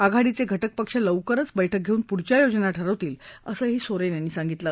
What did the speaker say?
आघाडीचे घटक पक्ष लवकरच बैठक घेऊन पुढच्या योजना ठरवतील असंही सोरेन यांनी सांगितलं